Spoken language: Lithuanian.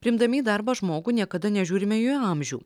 priimdami į darbą žmogų niekada nežiūrime į jų amžių